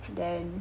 then